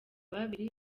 babiri